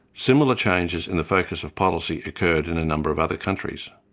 similar changes in the focus of policy occurred in a number of other countries.